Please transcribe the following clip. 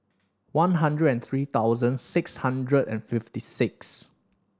one hundred and three thousand six hundred and fifty six